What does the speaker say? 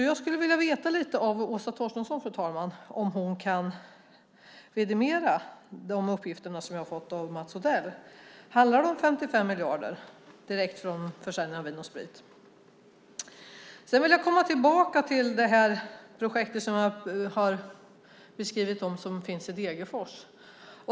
Jag skulle vilja höra av Åsa Torstensson, fru talman, om hon kan vidimera de uppgifter som jag har fått av Mats Odell. Handlar det om 55 miljarder, direkt från försäljning av Vin & Sprit? Sedan vill jag komma tillbaka till det projekt som jag har skrivit om, som finns i Degerfors.